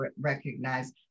recognize